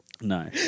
No